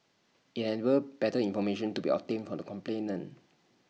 IT enables better information to be obtained from the complainant